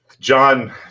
John